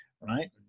right